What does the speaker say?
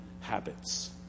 habits